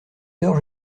heures